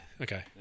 Okay